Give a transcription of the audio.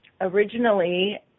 Originally